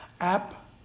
app